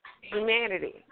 Humanity